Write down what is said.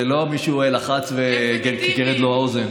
זה לא שמישהו לחץ וגירדה לו האוזן.